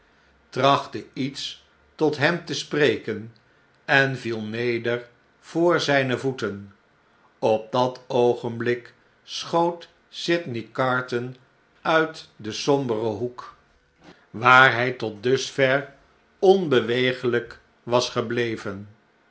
trachtte iets tot hem te spreken en viel neder voor zijne voeten op dat oogenblik schoot sydney carton uit den somberen hoek waar hij tot dusver onbeweeglijk was gebleven